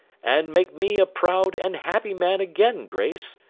and make me a proud, and happy man again, grace.